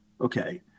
Okay